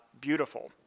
beautiful